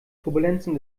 turbulenzen